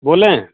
बोलें